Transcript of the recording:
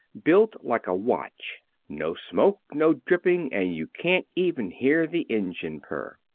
built like a watch no smoke, no dripping, and you can't even hear the engine purr.